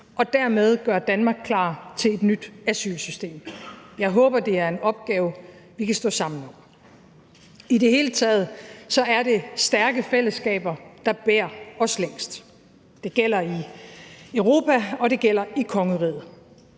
og dermed gøre Danmark klar til et nyt asylsystem. Jeg håber, det er en opgave, vi kan stå sammen om. I det hele taget er det stærke fællesskaber, der bærer os længst. Det gælder i Europa, og det gælder i kongeriget.